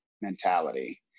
mentality